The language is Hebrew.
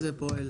זה פועל?